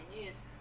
news